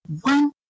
one